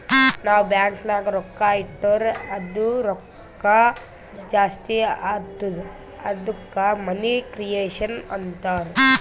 ನಾವ್ ಬ್ಯಾಂಕ್ ನಾಗ್ ರೊಕ್ಕಾ ಇಟ್ಟುರ್ ಅದು ರೊಕ್ಕಾ ಜಾಸ್ತಿ ಆತ್ತುದ ಅದ್ದುಕ ಮನಿ ಕ್ರಿಯೇಷನ್ ಅಂತಾರ್